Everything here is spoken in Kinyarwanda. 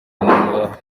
canada